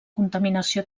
contaminació